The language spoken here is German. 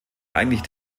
eigentlich